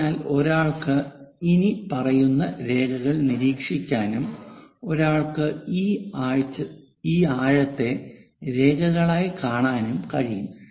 അതിനാൽ ഒരാൾക്ക് ഇനിപ്പറയുന്ന രേഖകൾ നിരീക്ഷിക്കാനും ഒരാൾക്ക് ഈ ആഴത്തെ രേഖകളായി കാണാനും കഴിയും